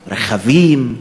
רכבים,